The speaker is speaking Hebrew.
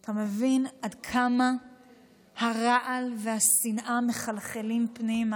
אתה מבין עד כמה הרעל והשנאה מחלחלים פנימה,